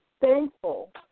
thankful